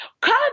come